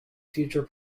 future